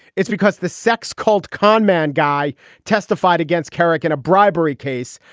it's because the sex called con man guy testified against kerik in a bribery case.